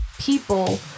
people